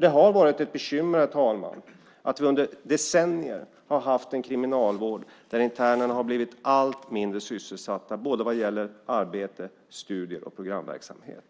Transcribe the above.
Det har varit ett bekymmer, herr talman, att vi under decennier har haft en kriminalvård där internerna har blivit allt mindre sysselsatta vad gäller arbete, studier och programverksamhet.